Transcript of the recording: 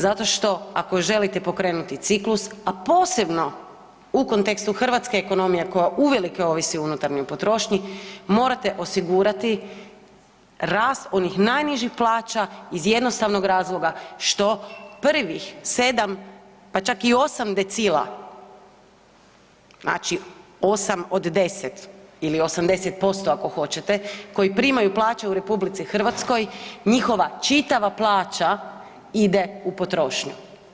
Zato što ako želite pokrenuti ciklus, a posebno u kontekstu hrvatske ekonomije koja uvelike ovisi o unutarnjoj potrošnji morate osigurati rast onih najnižih plaća iz jednostavnog razloga što prvih 7 pa čak i 8 decila, znači 8 od 10 ili 80% ako hoćete koji primaju plaće u RH njihova čitava plaća ide u potrošnju.